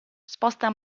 sposta